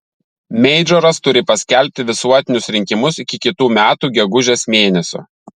meidžoras turi paskelbti visuotinius rinkimus iki kitų metų gegužės mėnesio